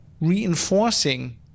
reinforcing